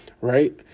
Right